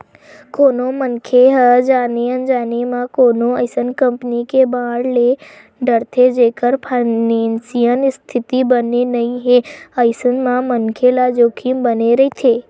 कोनो मनखे ह जाने अनजाने म कोनो अइसन कंपनी के बांड ले डरथे जेखर फानेसियल इस्थिति बने नइ हे अइसन म मनखे ल जोखिम बने रहिथे